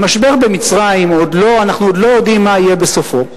המשבר במצרים, אנחנו עוד לא יודעים מה יהיה בסופו,